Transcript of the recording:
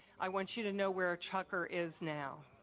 i want you to know where tucker is now.